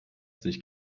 sich